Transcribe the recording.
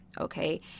okay